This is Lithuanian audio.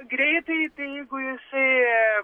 greitai tai jeigu jisai